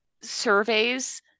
surveys